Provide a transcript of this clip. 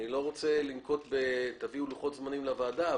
אני לא רוצה להגיד שתביאו לוחות זמנים לוועדה,